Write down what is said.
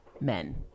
men